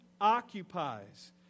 occupies